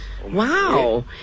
Wow